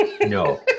no